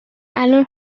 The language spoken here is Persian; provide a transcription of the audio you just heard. الان